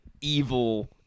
evil